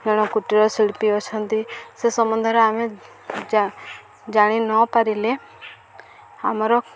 ଜଣ କୁଟୀର ଶିଳ୍ପୀ ଅଛନ୍ତି ସେ ସମ୍ବନ୍ଧରେ ଆମେ ଜାଣି ନ ପାରିଲେ ଆମର